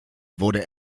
wurde